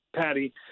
Patty